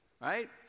right